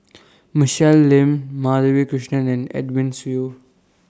Michelle Lim Madhavi Krishnan and Edwin Siew